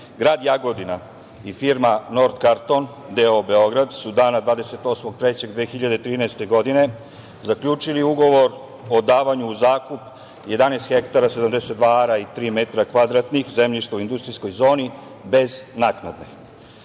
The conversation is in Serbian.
grad Jagodina i firma „Nort karton“ d.o.o. Beograd su dana 28. marta 2013. godine zaključili ugovor o davanju u zakup 11 hektara, 72 ara i tri metra kvadratna zemljišta u industrijskoj zoni bez naknade.